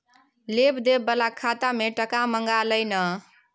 लेब देब बला खाता मे टका मँगा लय ना